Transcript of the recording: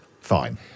fine